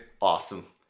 awesome